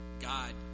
God